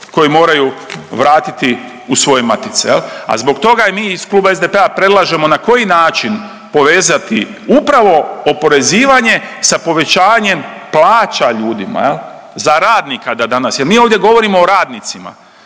koji moraju vratiti u svoje matice. A zbog toga mi ih Kluba SDP-a predlažemo na koji način povezati upravo oporezivanje sa povećanjem plaća ljudima. Za radnika da danas, jer mi ovdje govorimo o radnicima.